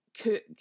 cook